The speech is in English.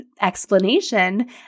explanation